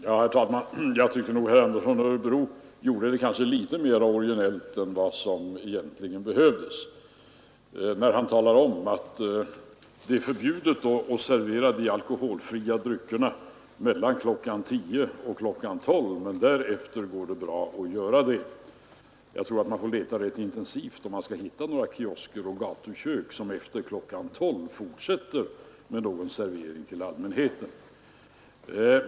Herr talman! Jag tycker nog att herr Andersson i Örebro gjorde det litet mera originellt än vad som kanske egentligen behövdes när han talade om att det är förbjudet att servera de alkoholfria dryckerna mellan kl. 22.00 och kl. 24.00 men att det därefter går bra att göra det. Jag tror man får leta rätt intensivt om man skall hitta några kiosker och gatukök som efter kl. 24.00 fortsätter med servering till allmänheten.